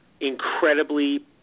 incredibly